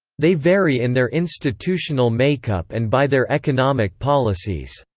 they vary in their institutional makeup and by their economic policies.